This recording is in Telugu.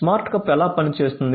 స్మార్ట్ కప్ ఎలా పనిచేస్తుంది